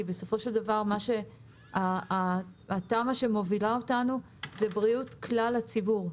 כי בסופו של דבר --- שמובילה אותנו זה בריאות כלל הציבור.